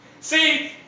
See